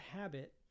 habit